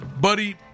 Buddy